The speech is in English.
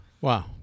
Wow